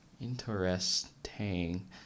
Interesting